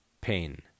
pain